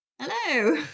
hello